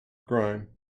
grime